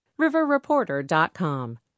RiverReporter.com